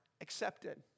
accepted